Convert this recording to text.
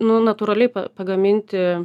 nu natūraliai pagaminti